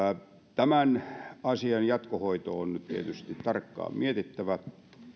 tämän asian jatkohoito on nyt tietysti tarkkaan mietittävä